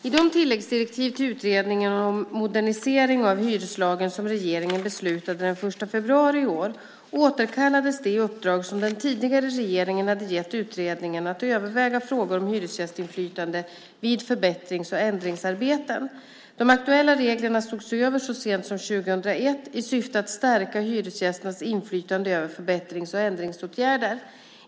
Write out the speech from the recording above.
I de tilläggsdirektiv till utredningen om modernisering av hyreslagen som regeringen beslutade den 1 februari i år återkallades det uppdrag som den tidigare regeringen hade gett utredningen att överväga frågor om hyresgästinflytande vid förbättrings och ändringsarbeten. De aktuella reglerna sågs över så sent som år 2001 i syfte att stärka hyresgästernas inflytande över förbättrings och ändringsåtgärder.